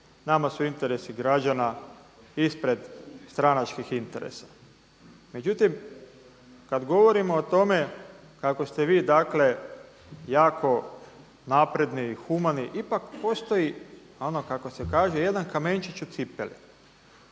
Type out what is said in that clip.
Nama su interesi građana ispred stranačkih interesa. Međutim, kad govorimo o tome kako ste vi dakle jako napredni i humani ipak postoji ono kako se kaže jedan kamenčić u cipeli